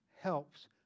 helps